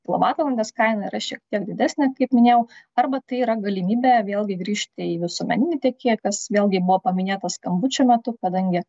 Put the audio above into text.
kilovatvalandės kaina yra šiek tiek didesnė kaip minėjau arba tai yra galimybė vėlgi grįžti į visuomeninį tiekėją kas vėlgi buvo paminėta skambučių metu kadangi